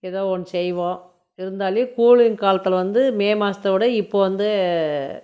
ஏதோ ஒன்று செய்வோம் இருந்தாலும் கூலிங் காலத்தில் வந்து மே மாதத்த விட இப்போ வந்து